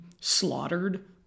slaughtered